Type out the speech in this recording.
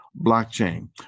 blockchain